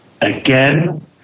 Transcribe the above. Again